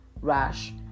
rash